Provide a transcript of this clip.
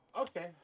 Okay